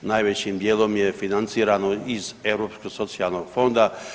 Najvećim dijelom je financirano iz Europskog socijalnog fonda.